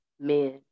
men